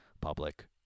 Public